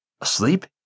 Asleep